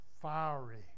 fiery